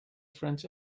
french